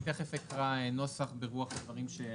אני תיכף אקרא נוסח ברוח הדברים שאמרת.